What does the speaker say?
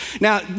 Now